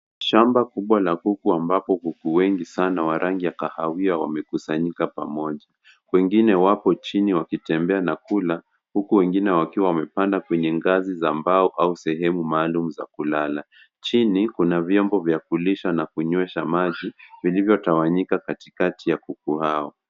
Shamba kubwa la kuku ambapo kuku wengi sana wa rangi ya kahawia wamekusanyika pamoja. Wengine wapo chini wakitembea na kula huku wengine wakiwa wanapanda kwenye ngazi za mbao au sehemu maalum za kulala. Chini kuna vyombo vya kulisha na kunywesha maji vilivyokusanyika katikati ya kuku.